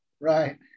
right